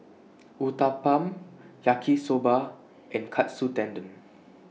Uthapam Yaki Soba and Katsu Tendon